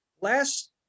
Last